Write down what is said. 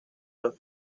los